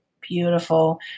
beautiful